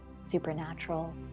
Supernatural